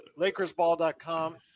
LakersBall.com